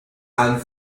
and